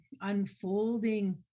unfolding